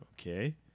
Okay